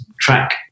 track